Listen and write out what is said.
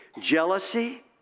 Jealousy